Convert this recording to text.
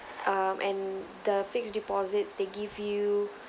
um and the fixed deposits they give you